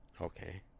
Okay